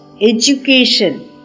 education